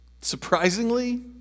Surprisingly